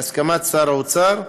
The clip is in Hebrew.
בהסכמת שר האוצר,